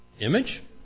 image